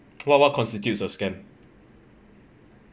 what what constitutes a scam